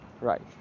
right